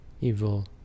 evil